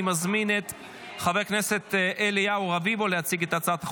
אני מזמין את חבר הכנסת אליהו רביבו להציג את הצעת החוק.